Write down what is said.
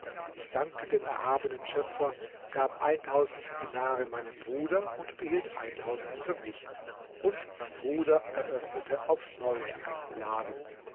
ich dankte dem erhabenen schöpfer gab dinare meinem bruder und behielt für mich und mein bruder eröffnete aufs neue einen laden